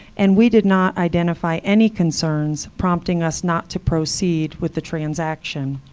and we did not identify any concerns prompting us not to proceed with the transaction.